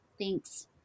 Thanks